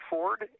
Ford